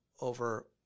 over